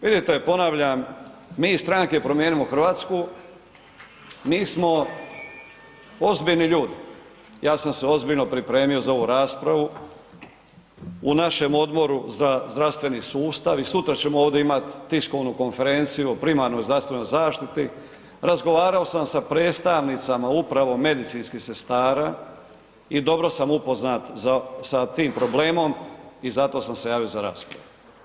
Vidite, ponavljam, mi iz Stranke promijenimo Hrvatsku, mi smo ozbiljni ljudi, ja sam se ozbiljno pripremio za ovu raspravu u našem Odboru za zdravstveni sustav i sutra ćemo ovdje imat tiskovnu konferenciju o primarnoj zdravstvenoj zaštiti, razgovarao sam sa predstavnicama upravo medicinskih sestara i dobro sam upoznat sa tim problemom i zato sam se javio za raspravu.